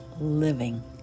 living